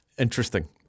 Interesting